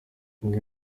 umwe